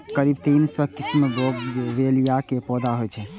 करीब तीन सय किस्मक बोगनवेलिया के पौधा होइ छै